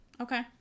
Okay